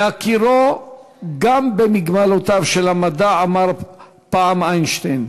בהכירו גם במגבלותיו של המדע, אמר פעם איינשטיין: